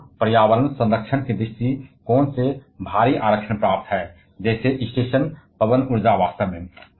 पवन को पर्यावरण संरक्षण के दृष्टिकोण से भारी आरक्षण प्राप्त है जैसे स्टेशन पवन ऊर्जा वास्तव में